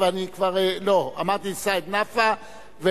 סעיד נפאע,